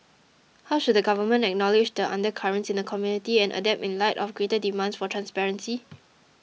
how should the government acknowledge the undercurrents in the community and adapt in light of greater demands for transparency